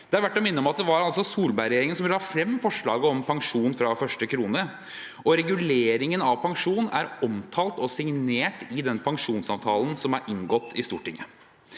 Det er verdt å minne om at det var Solberg-regjeringen som la frem forslaget om pensjon fra første krone, og reguleringen av pensjon er omtalt og signert i den pensjonsavtalen som er inngått i Stortinget.